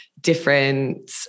different